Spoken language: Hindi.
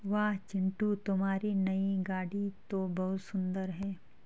वाह चिंटू तुम्हारी नई गाड़ी तो बहुत सुंदर है